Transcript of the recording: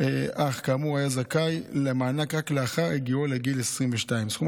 אח כאמור היה זכאי למענק רק לאחר הגיעו לגיל 22. סכום